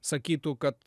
sakytų kad